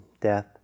death